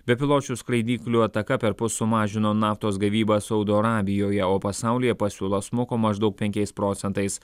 bepiločių skraidyklių ataka perpus sumažino naftos gavybą saudo arabijoje o pasaulyje pasiūla smuko maždaug penkiais procentais